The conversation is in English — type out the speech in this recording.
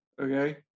Okay